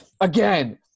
again